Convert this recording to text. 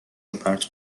روپرت